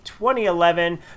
2011